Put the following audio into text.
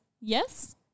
yes